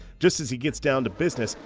just as he gets down to business,